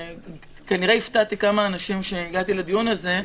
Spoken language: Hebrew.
כנראה, הפתעתי כמה אנשים שהגעתי לדיון הזה,